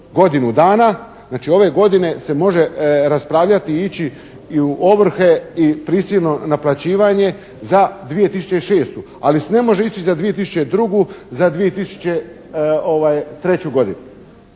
godinu dana. Znači, ove godine se može raspravljati i ići i u ovrhe i prisilno naplaćivanje za 2006., ali se ne može ići za 2002., za 2003. godinu.